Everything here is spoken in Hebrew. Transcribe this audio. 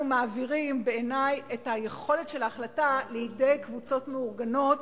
אנחנו מעבירים את יכולת ההחלטה לידי קבוצות מאורגנות